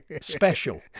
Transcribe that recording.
special